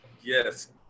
Yes